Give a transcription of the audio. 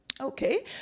Okay